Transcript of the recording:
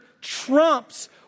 trumps